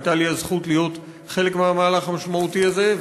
הייתה לי הזכות להיות חלק מהמהלך המשמעותי הזה.